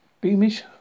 Beamish